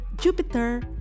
Jupiter